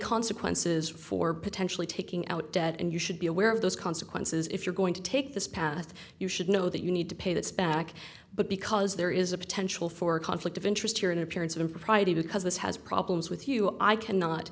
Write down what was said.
consequences for potentially taking out debt and you should be aware of those consequences if you're going to take this path you should know that you need to pay this back but because there is a potential for conflict of interest here an appearance of impropriety because this has problems with you i cannot